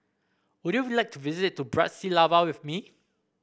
would you like to visit Bratislava with me